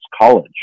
college